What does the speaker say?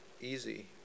easy